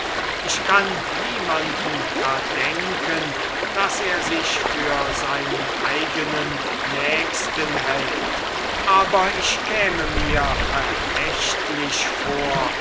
ich kann niemanden verdenken daß er sich für seinen eigenen nächsten hält aber ich käme mir verächtlich vor